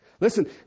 Listen